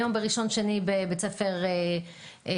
היום בראשון ושני בבית ספר כזה,